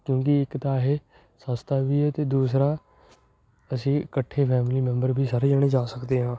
ਕਿਉਂਕਿ ਇੱਕ ਤਾਂ ਇਹ ਸਸਤਾ ਵੀ ਹੈ ਅਤੇ ਦੂਸਰਾ ਅਸੀਂ ਇਕੱਠੇ ਫੈਮਲੀ ਮੈਂਬਰ ਵੀ ਸਾਰੇ ਜਣੇ ਜਾ ਸਕਦੇ ਹਾਂ